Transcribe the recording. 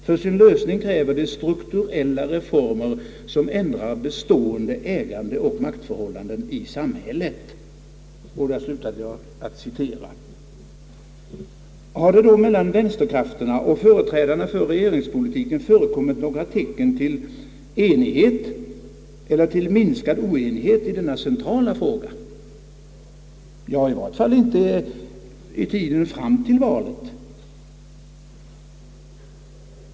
För sin lösning kräver de strukturella reformer som ändrar bestående ägandeoch maktförhållanden i samhället.» Har det då mellan vänsterkrafterna och företrädarna för regeringspoltiken förekommit några tecken på enighet eller på minskad oenighet i denna centrala fråga? Nej, i varje fall inte i tiden fram till valet.